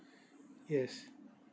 yes